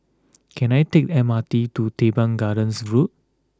can I take M R T to Teban Gardens Road